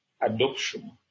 adoption